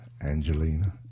Angelina